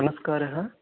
नमस्कारः